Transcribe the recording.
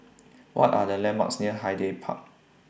What Are The landmarks near Hyde Park